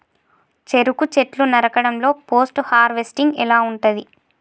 చెరుకు చెట్లు నరకడం లో పోస్ట్ హార్వెస్టింగ్ ఎలా ఉంటది?